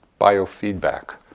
biofeedback